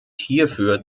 hierfür